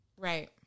Right